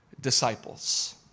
disciples